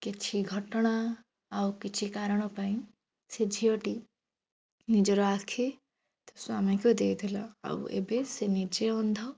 କିଛି ଘଟଣା ଆଉକିଛି କାରଣ ପାଇଁ ସେ ଝିଅଟି ନିଜର ଆଖି ତା ସ୍ୱାମୀଙ୍କୁ ଦେଇଦେଲା ଆଉ ଏବେ ସେ ନିଜେ ଅନ୍ଧ